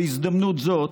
בהזדמנות הזאת,